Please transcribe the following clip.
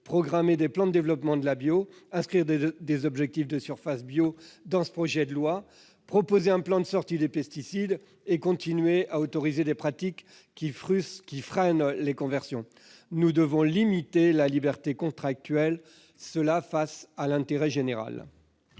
programmer des plans de développement de l'agriculture biologique, inscrire des objectifs de surfaces bio dans ce projet de loi, proposer un plan de sortie des pesticides, et, de l'autre, continuer à autoriser des pratiques qui freinent les conversions. Nous devons limiter la liberté contractuelle face à l'intérêt général.